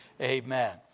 amen